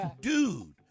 dude